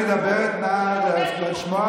אני מבקש להפסיק את הדו-שיח.